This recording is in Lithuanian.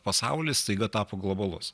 pasaulis staiga tapo globalus